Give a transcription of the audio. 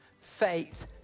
faith